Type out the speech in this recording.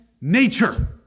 nature